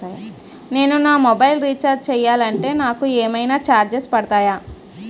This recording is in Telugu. నేను నా మొబైల్ రీఛార్జ్ చేయాలంటే నాకు ఏమైనా చార్జెస్ పడతాయా?